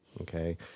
Okay